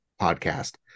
podcast